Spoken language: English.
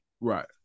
Right